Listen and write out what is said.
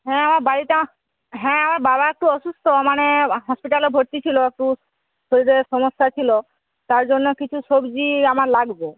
হ্যাঁ আমার বাড়িতে হ্যাঁ আমার বাবা একটু অসুস্থ মানে হসপিটালে ভর্তি ছিল একটু শরীরের সমস্যা ছিল তার জন্য কিছু সবজি আমার লাগবে